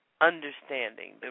understanding